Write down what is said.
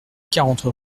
quarante